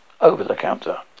over-the-counter